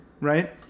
right